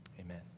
Amen